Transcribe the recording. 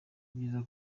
byiza